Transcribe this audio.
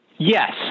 Yes